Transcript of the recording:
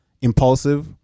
Impulsive